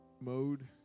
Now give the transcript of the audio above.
mode